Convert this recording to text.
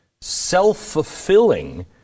self-fulfilling